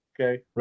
okay